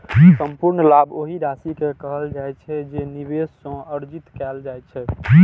संपूर्ण लाभ ओहि राशि कें कहल जाइ छै, जे निवेश सं अर्जित कैल जाइ छै